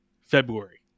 february